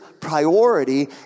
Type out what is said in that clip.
priority